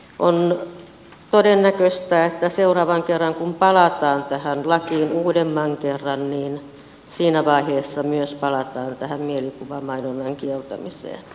on todennäköistä että seuraavan kerran kun palataan tähän lakiin uudemman kerran siinä vaiheessa myös palataan tähän mielikuvamainonnan kieltämiseen